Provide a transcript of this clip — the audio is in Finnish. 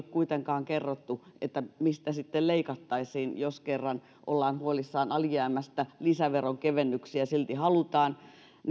kuitenkaan kerrottu mistä sitten leikattaisiin jos kerran ollaan huolissaan alijäämästä ja lisäveronkevennyksiä silti halutaan